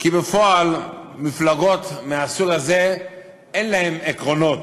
כי בפועל, מפלגות מהסוג הזה אין להן עקרונות,